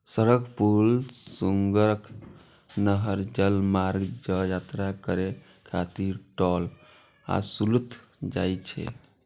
सड़क, पुल, सुरंग, नहर, जलमार्ग सं यात्रा करै खातिर टोल ओसूलल जाइ छै